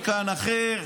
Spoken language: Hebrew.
מתקן אחר.